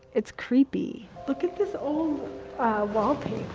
it's creepy look at this old wallpaper